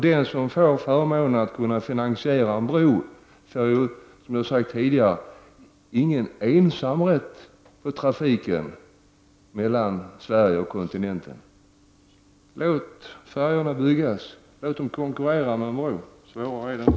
Den som får förmånen att finansiera en bro får ju ingen ensamrätt på trafiken mellan Sverige och kontinenten. Låt färjorna konkurrera med en bro — svårare är det inte.